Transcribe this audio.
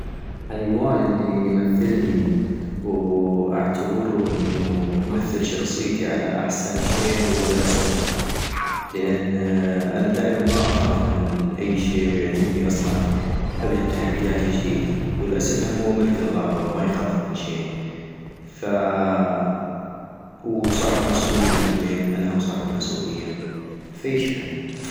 الحيوان الي يمثلني و اعتبرو انو يمثل شخصيتي على احسن شي هو الأسد - لان أنا دائما ما أخاف من اي شي ويعجبني اصلا ابدي تحديات جديد - والاسد هم هو ملك الغابة وما يخاف من شي فاا-وصاحب مسؤولية همين أنا هم صاحب مسؤولية فيشبهني